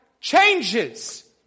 changes